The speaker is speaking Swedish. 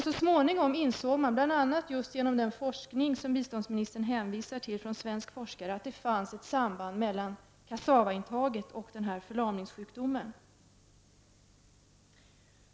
Så småningom insåg man, bl.a. tack vare den svenska forskning som biståndsministern här hänvisar till, att det fanns ett samband mellan kassavaintag och förlamningssjukdom.